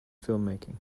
filmmaking